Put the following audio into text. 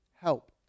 help